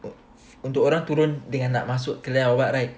untuk orang turun dengan nak masuk kedai right